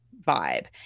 vibe